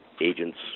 agents